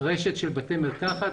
רשת של בתי מרקחת,